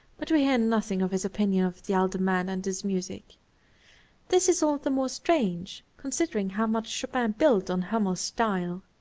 but we hear nothing of his opinion of the elder man and his music this is all the more strange, considering how much chopin built on hummel's style.